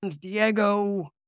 Diego